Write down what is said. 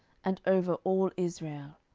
and over all israel.